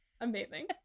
amazing